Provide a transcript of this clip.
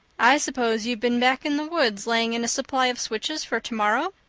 i suppose you've been back in the woods laying in a supply of switches for tomorrow?